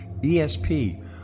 ESP